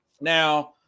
Now